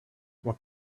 what